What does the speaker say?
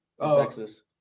Texas